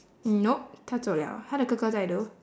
nope 他走了他的哥哥在 though